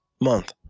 month